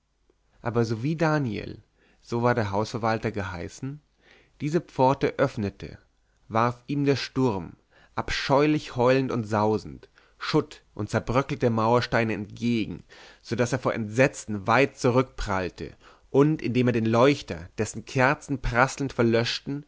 aber sowie daniel so war der hausverwalter geheißen diese pforte öffnete warf ihm der sturm abscheulich heulend und sausend schutt und zerbröckelte mauersteine entgegen so daß er von entsetzen weit zurückprallte und indem er den leuchter dessen kerzen prasselnd verlöschten